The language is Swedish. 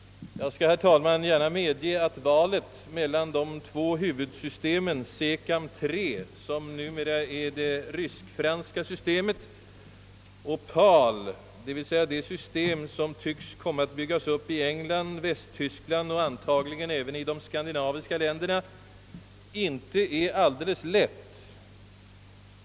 Jag skall, herr talman, gärna medge att valet mellan de två huvudsystemen — SECAM 3, som numera är det ryskfranska systemet, och PAL, d.v.s. det system som tycks komma att byggas i England, Västtyskland och antagligen även de skandinaviska länderna — inte är alldeles lätt.